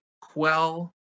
quell